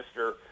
Mr